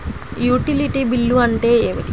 Utility bill అంటే ఏమిటి?